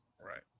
Right